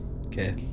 Okay